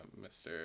Mr